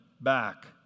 back